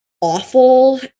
awful